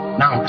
now